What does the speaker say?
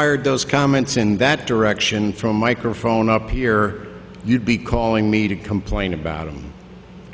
fired those comments in that direction from microphone up here you'd be calling me to complain about him